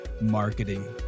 marketing